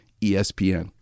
ESPN